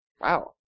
Wow